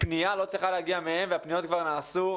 שהפנייה לא צריכה להגיע מהם, והפניות גם נעשו.